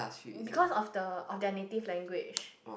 because of the alternative language